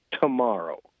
tomorrow